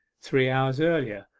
three hours earlier.